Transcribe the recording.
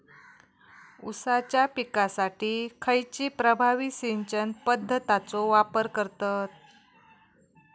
ऊसाच्या पिकासाठी खैयची प्रभावी सिंचन पद्धताचो वापर करतत?